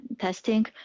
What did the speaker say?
testing